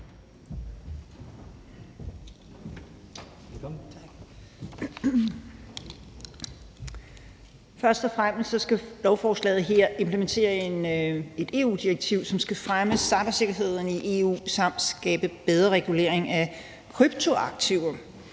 Først og fremmest skal lovforslaget her implementere et EU-direktiv, som skal fremme cybersikkerheden i EU samt skabe bedre regulering af kryptoaktiver.